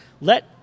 let –